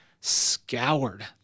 scoured